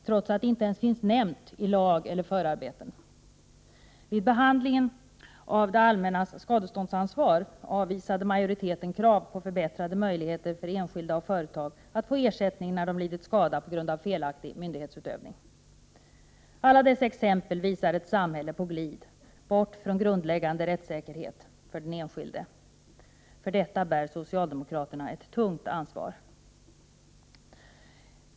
Begreppet finns dock inte ens nämnt i lag eller förarbeten. Vid behandlingen av det allmännas skadeståndsansvar avvisade majoriteten krav på förbättrade möjligheter för enskilda och företag att få ersättning när de lidit skada på grund av felaktig myndighetsutövning. Alla dessa exempel visar ett samhälle på glid bort från grundläggande 83 rättssäkerhet för den enskilde. För detta bär socialdemokraterna ett tungt ansvar.